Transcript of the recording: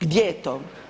Gdje je to?